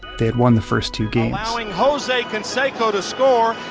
they had won the first two games allowing jose canseco to score,